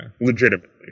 legitimately